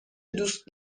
دوست